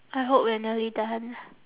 I hope we are nearly done